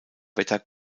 wetter